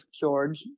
George